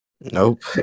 Nope